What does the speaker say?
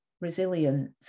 resilient